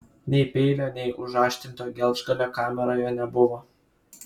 nei peilio nei užaštrinto gelžgalio kameroje nebuvo